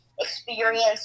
experience